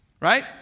Right